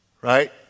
Right